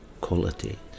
quality